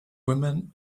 women